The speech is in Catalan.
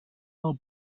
del